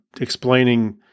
explaining